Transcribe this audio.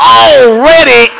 already